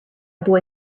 boy